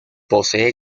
posee